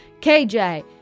KJ